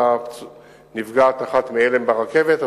היתה נפגעת הלם אחת ברכבת,